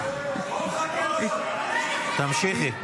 --- תמשיכי.